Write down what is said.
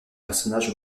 personnages